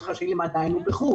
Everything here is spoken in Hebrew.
מרכז חייהם עדיין בחו"ל.